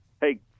hey